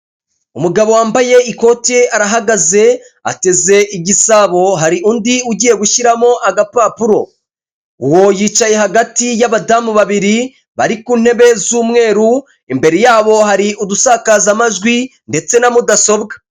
Umugabo wambaye ikoti arahagaze ateze igisabo hari undi ugiye gushyiramo agapapuro, uwo yicaye hagati y'abadamu babiri bari ku ntebe z'umweru imbere yabo hari udusakazamajwi ndetse na mudasobwa.